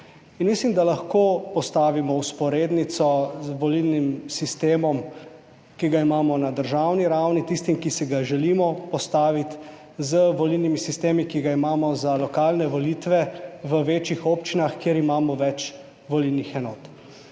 mislim, da lahko postavimo vzporednico z volilnim sistemom, ki ga imamo na državni ravni, tistim, ki si ga želimo postaviti, z volilnimi sistemi, ki ga imamo za lokalne volitve v večjih občinah, kjer imamo več volilnih enot,